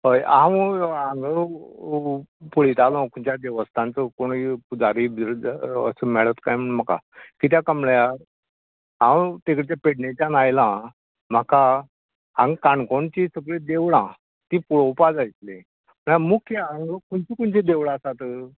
होय हांव हांगा पळयतालो खंयच्या देवस्थानचो कोणूय पुजारी बिजारी असो मेळत कांय म्हुणून म्हाका कित्याक कांय म्हळ्यार हांव ते दुसच्यान पेडणेच्यान आयलां म्हाका हांगा काणकोणची सगळीं देवळां ती पळोवपा जाय आसली म्हळ्यार मुख्य हांगा खंयची खंयची देवळां आसात